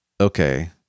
Okay